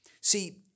See